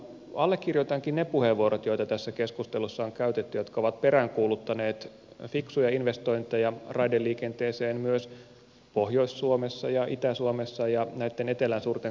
allekirjoitankin ne puheenvuorot joita tässä keskustelussa on käytetty ja jotka ovat peräänkuuluttaneet fiksuja investointeja raideliikenteeseen myös pohjois suomessa ja itä suomessa ja näitten etelän suurten kaupunkien ulkopuolella